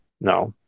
No